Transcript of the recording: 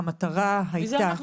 המטרה הייתה -- מי זה אנחנו?